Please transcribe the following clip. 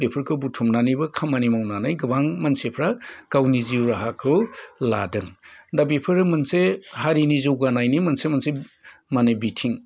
बेफोरखौ बुथुमनानैबो खामानि मावनानै गोबां मानसिफ्रा गावनि जिउ राहाखौ लादों दा बेफोरो मोनसे हारिनि जौगानायनि मोनसे मोनसे माने बिथिं